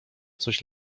coś